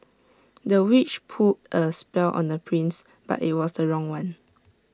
the witch put A spell on the prince but IT was the wrong one